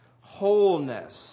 Wholeness